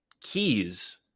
keys